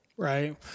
Right